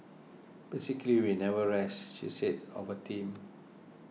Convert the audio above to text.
basically we never rest she said of her team